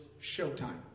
showtime